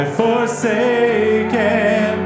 forsaken